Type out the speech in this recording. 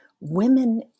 women